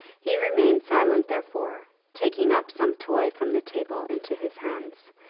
he remained silent, therefore, taking up some toy from the table into his hands,